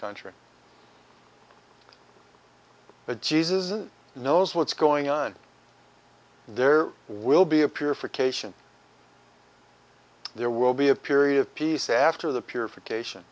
country but jesus isn't knows what's going on there will be appear for cation there will be a period of peace after the purification